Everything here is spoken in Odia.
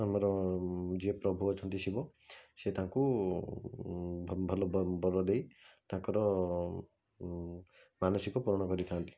ଆମର ଯିଏ ପ୍ରଭୁ ଅଛନ୍ତି ଶିବ ସିଏ ତାଙ୍କୁ ଭଲ ବର ଦେଇ ତାଙ୍କର ମାନସିକ ପୂରଣ କରିଥାନ୍ତି